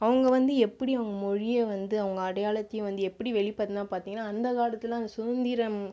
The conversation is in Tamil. அவங்கள் வந்து எப்படி அவங்கள் மொழியை வந்து அவங்கள் அடையாளத்தையும் வந்து எப்படி வெளிப்படுத்தினாங்க பார்த்தீங்கன்னா அந்த காலத்தில் அந்த சுதந்திரம்